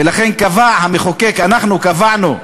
ולכן קבע המחוקק, אנחנו קבענו,